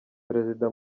perezida